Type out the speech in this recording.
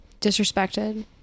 disrespected